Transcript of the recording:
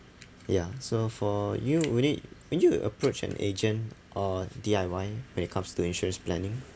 ya so for you would it will you approach an agent or D_I_Y when it comes to insurance planning